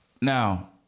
Now